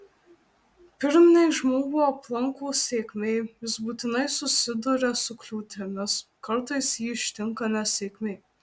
pirm nei žmogų aplanko sėkmė jis būtinai susiduria su kliūtimis kartais jį ištinka nesėkmė